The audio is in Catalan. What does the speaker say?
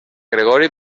gregori